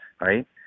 right